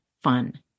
fun